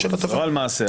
לא על מעשה,